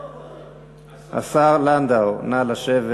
הרשות, כבוד השר לנדאו, נא לשבת.